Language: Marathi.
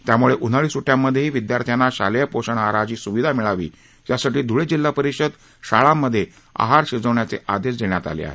त्याम्ळे उन्हाळी स्ट्ट्यांमध्येही विद्यार्थ्यांना शालेय पोषण आहाराची स्विधा मिळावी यासाठी ध्ळे जिल्हा परिषद शाळांमध्ये आहार शिजविण्याचे आदेश देण्यात आले आहेत